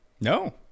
No